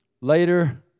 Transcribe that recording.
Later